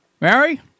Mary